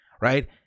Right